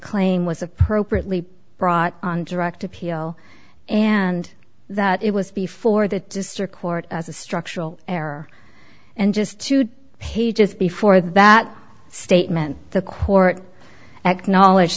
claim was appropriately brought on direct appeal and that it was before the district court as a structural error and just two pages before that statement the court acknowledge